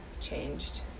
changed